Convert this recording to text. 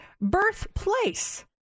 birthplace